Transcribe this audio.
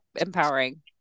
empowering